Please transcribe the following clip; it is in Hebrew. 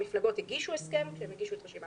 המפלגות הגישו הסכם כשהם הגישו את רשימת